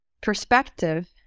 perspective